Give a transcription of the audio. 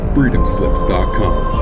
FreedomSlips.com